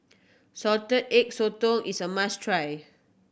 Salted Egg Sotong is a must try